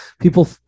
people